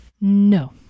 No